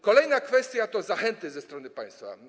Kolejna kwestia to zachęty ze strony państwa.